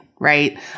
Right